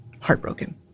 heartbroken